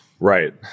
Right